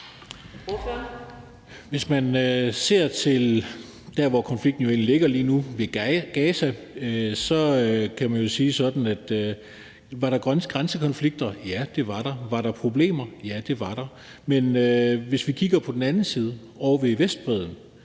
Hvis man ser på det sted, hvor konflikten egentlig ligger lige nu, nemlig ved Gaza, kan man sige: Var der grænsekonflikter? Ja, det var der. Var der problemer? Ja, det var der. Men hvis vi kigger på den anden side, ovre ved Vestbredden,